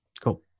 cool